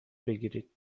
بگیرید